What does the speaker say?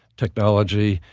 technology,